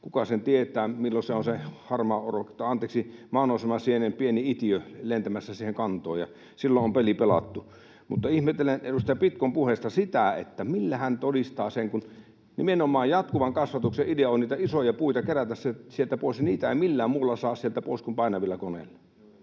kuka sen tietää, milloin on se maannousemasienen pieni itiö lentämässä siihen kantoon, ja silloin on peli pelattu. Ihmettelen edustaja Pitkon puheista sitä, millä hän todistaa sen. Jatkuvan kasvatuksen idea nimenomaan on niitä isoja puita kerätä sieltä pois, ja niitä ei saa sieltä pois millään muulla kuin painavilla koneilla.